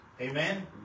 Amen